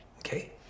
Okay